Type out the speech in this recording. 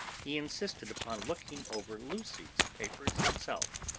he insisted upon looking over lucy's papers himself.